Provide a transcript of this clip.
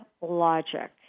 logic